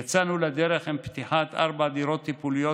יצאנו לדרך עם פתיחת ארבע דירות טיפוליות